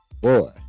Boy